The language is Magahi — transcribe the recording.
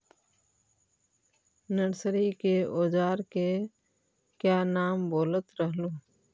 नरसरी के ओजार के क्या नाम बोलत रहलू?